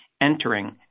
entering